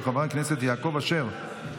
של חבר הכנסת יעקב אשר,